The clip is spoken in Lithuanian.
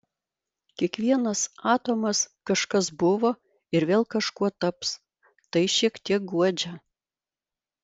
kiekvienas atomas kažkas buvo ir vėl kažkuo taps tai šiek tiek guodžia